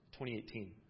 2018